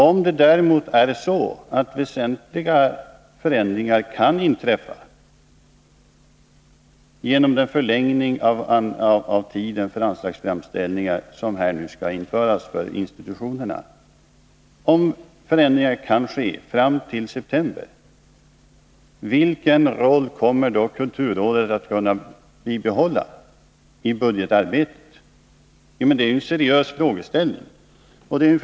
Om det däremot är så att väsentliga förändringar kan göras under den förlängning av tiden för anslagsframställningar som nu planeras för institutionerna, alltså fram till september, kommer då kulturrådet att kunna bibehålla sin roll i budgetarbetet? Det är en seriös frågeställning.